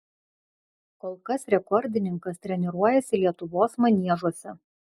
kol kas rekordininkas treniruojasi lietuvos maniežuose